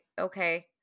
okay